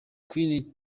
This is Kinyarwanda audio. queen